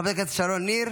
חברת הכנסת שרון ניר,